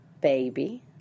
baby